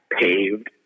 paved